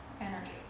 energy